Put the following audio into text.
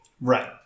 Right